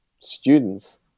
students